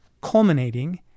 culminating